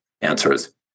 answers